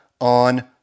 on